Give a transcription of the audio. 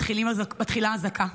מתחילה אזעקה,